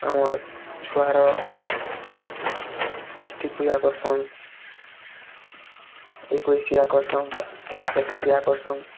ଆମର୍ ଛୁଆ ର ଷଷ୍ଠୀ ପୂଜା କରସନ୍ ଏକୋଉଶିଆ କରସନ୍ ଏକ୍ଶିଆ କରସନ୍